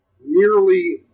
nearly